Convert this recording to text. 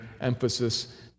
emphasis